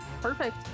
Perfect